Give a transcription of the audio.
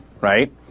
right